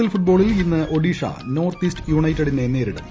L ഫൂട്ബോളിൽ ഇന്ന് Odisha north east യുണൈറ്റഡിനെ നേരിടും